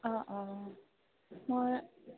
অঁ অঁ মই